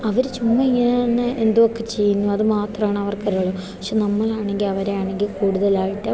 അവർ ചുമ്മാ ഇങ്ങനെത്തന്നെ എന്തൊക്കെ ചെയ്യുന്നു അത് മാത്രാണ് അവർക്കറിയുള്ളൂ പക്ഷെ നമ്മളാണെങ്കിൽ അവരാണെങ്കിൽ കൂടുതലായിട്ട്